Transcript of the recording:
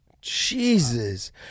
Jesus